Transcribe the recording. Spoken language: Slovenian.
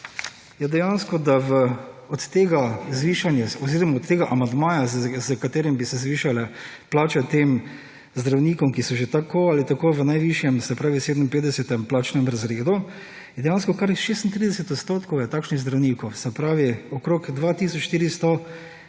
je dejansko, da v od tega zvišanja oziroma tega amandmaja, s katerim bi se zvišale plače tem zdravnikom, ki so že tako ali tako v najvišjem, se pravi v 57. plačnem razredu, je dejansko kar 36 % takšnih zdravnikov, se pravi okrog 2